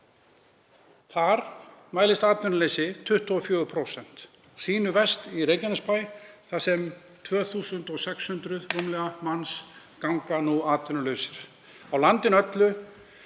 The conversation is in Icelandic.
Þar mælist atvinnuleysi 24%, sýnu verst í Reykjanesbæ þar sem rúmlega 2.600 manns ganga nú atvinnulausir. Á landinu öllu,